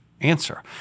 answer